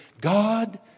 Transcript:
God